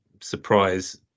surprise